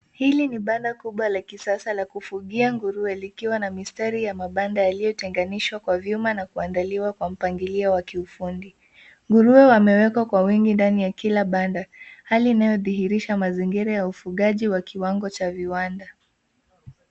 Hili ni banda kubwa la kisasa la kufugia nguruwe likiwa na mistari ya mabanda yaliyotenganishwa kwa chuma na kuandaliwa kwa mpangilio wa kiufundi. Nguruwe wamekwekwa kwa wingi ndani ya kila banda hali inayodhihirisha mazingira ya ufugaji wa kiwango cha viwanda.